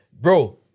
Bro